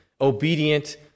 obedient